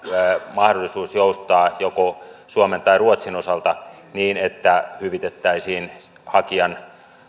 mahdollisuus joustaa joko suomen tai ruotsin osalta niin että hyvitettäisiin hakijan